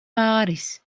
pāris